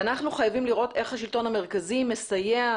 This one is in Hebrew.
ואנחנו חייבים לראות איך השלטון המרכזי מסייע,